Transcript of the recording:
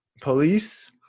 Police